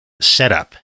setup